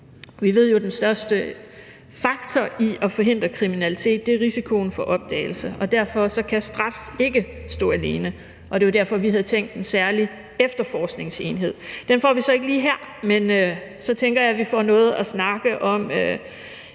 Vi ved jo, at den største faktor i at forhindre kriminalitet er risikoen for opdagelse, og derfor kan straf ikke stå alene, og det er jo derfor, vi havde tænkt en særlig efterforskningsenhed. Den får vi så ikke lige her, men så tænker jeg, vi får noget at snakke om